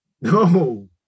No